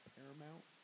Paramount